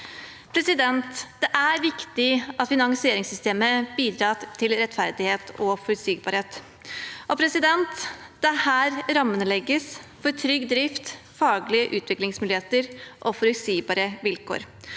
Det er viktig at finansieringssystemet bidrar til rettferdighet og forutsigbarhet. Det er her rammene legges for trygg drift, faglige utviklingsmuligheter og forutsigbare vilkår.